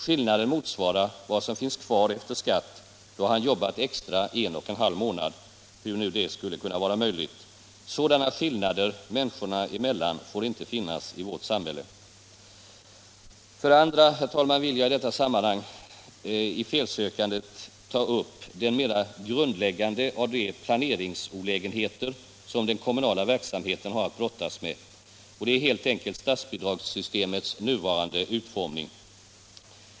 Skillnaden motsvarar vad som finns kvar efter skatt då han jobbat extra en och en halv månad — hur nu det skulle kunna vara möjligt. Sådana skillnader människorna emellan får inte finnas i vårt samhälle. För det andra, herr talman, vill jag i felsökandet ta upp den mera grundläggande av de planeringsolägenheter som den kommunala verksamheten har att brottas med. Och det är helt enkelt statsbidragssystemets nuvarande utformning.